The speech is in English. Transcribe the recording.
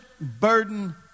burden